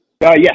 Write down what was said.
Yes